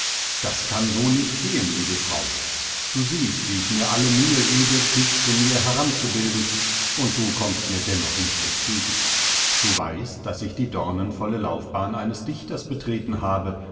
das kann so nicht gehen liebe frau du siehst wie ich mir alle mühe gebe dich zu mir heranzubilden und du kommst mir dennoch nicht entgegen du weißt daß ich die dornenvolle laufbahn eines dichters betreten habe